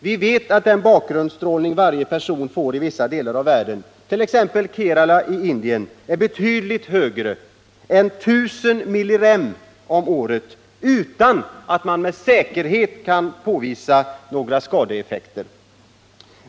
Vi vet att den bakgrundsstrålning varje person får i vissa delar av världen, t.ex. i Kerala i Indien, är betydligt högre än 1000 millirem om året, utan att man med säkerhet kunnat påvisa några skadeeffekter.